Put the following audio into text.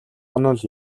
онол